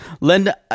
Linda